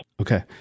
Okay